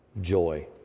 joy